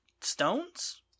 stones